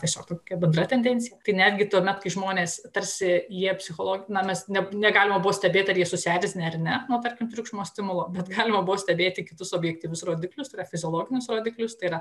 tiesiog tokia bendra tendencija tai netgi tuomet kai žmonės tarsi jie psicholo na mes negalima buvo stebėti ar jie susierzinę ar ne nuo tarkim triukšmo stimulo bet galima buvo stebėti kitus objektyvius rodiklius fiziologinius rodiklius tai yra